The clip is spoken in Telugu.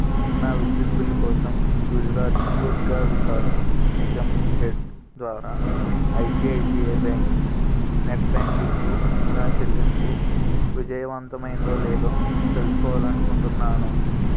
నా విద్యుత్ బిల్లు కోసం గుజరాత్ ఉర్జా వికాస్ నిగమ్ లిమిటెడ్ ద్వారా ఐసీఐసీఐ బ్యాంక్ నెట్ బ్యాంకింగ్కు నా చెల్లింపు విజయవంతమైందో లేదో తెలుసుకోవాలి అనుకుంటున్నాను